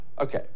Okay